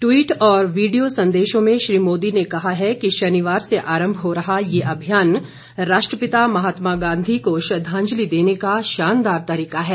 tweet और video संदेशों में श्री मोदी ने कहा है कि शनिवार से आरम्भ हो रहा यह अभियान राष्ट्रपिता महात्मा गांधी को श्रद्धांजलि देने का शानदार तरीका है